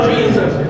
Jesus